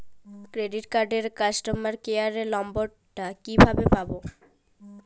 Credit কার্ডের customer care number টা কিভাবে পাবো?